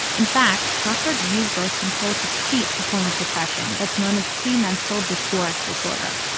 in fact, doctors use birth control to treat a form of depression that's known as premenstrual dysphoric disorder.